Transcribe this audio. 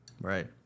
Right